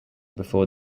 before